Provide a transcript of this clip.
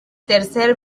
tercer